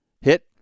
hit